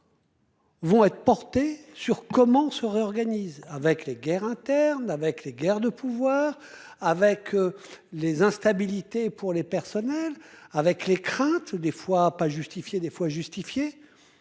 Vont être portés sur comment se réorganise, avec les guerres internes, avec les guerres de pouvoir avec les instabilité pour les personnels, avec les craintes des fois pas justifier des fois justifié.